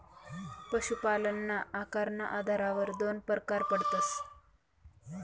पशुपालनना आकारना आधारवर दोन परकार पडतस